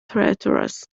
traitorous